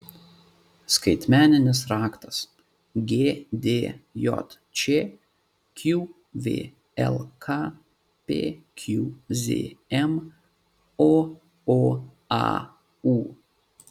skaitmeninis raktas gdjč qvlk pqzm ooau